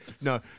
No